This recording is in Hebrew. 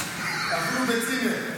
אפילו בצימר,